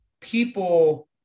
people